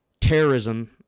terrorism